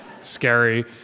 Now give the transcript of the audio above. scary